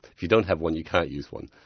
if you don't have one, you can't use one.